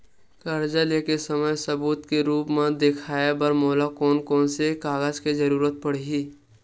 कर्जा ले के समय सबूत के रूप मा देखाय बर मोला कोन कोन से कागज के जरुरत पड़ही?